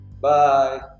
Bye